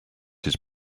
his